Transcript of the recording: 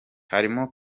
harimwo